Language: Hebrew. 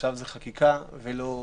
שעכשיו זו חקיקה ולא תקש"ח.